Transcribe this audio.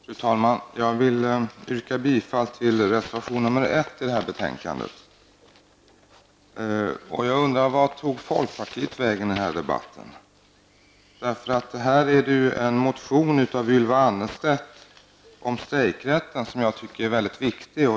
Fru talman! Jag vill yrka bifall till reservation nr 1 till detta betänkande. Jag undrar vart folkpartiet tog vägen i denna debatt. Ylva Annerstedt har väckt en motion om strejkrätten, som jag tycker är väldigt viktig.